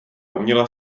uměla